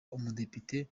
umudepite